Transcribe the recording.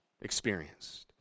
experienced